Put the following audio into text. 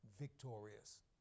victorious